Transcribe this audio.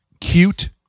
cute